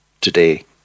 Today